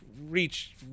reach